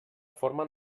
formen